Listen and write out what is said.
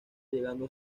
llegando